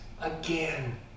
again